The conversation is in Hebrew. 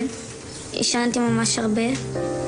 אבל בגלל הדחיפות,